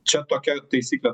čia tokia taisyklė